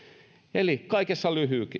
eli kaikessa